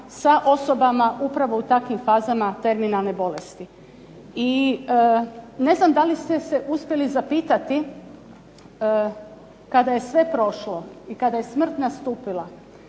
sa osobama upravo u takvim fazama terminalne bolesti i ne znam da li ste se uspjeli zapitati kada je sve prošlo i kada je smrt nastupila,